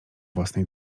własnej